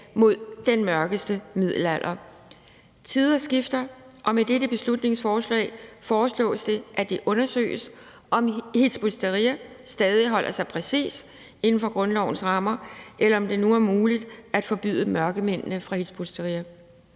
mod den mørkeste middelalder. Tider skifter, og med dette beslutningsforslag foreslås det, at det undersøges, om Hizb ut-Tahrir stadig holder sig præcis inden for grundlovens rammer, eller om det nu er muligt at forbyde mørkemændene fra Hizb ut-Tahrir.